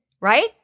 right